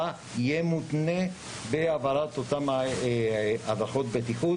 יהיה מותנה בהעברת אותן הדרכות בטיחות.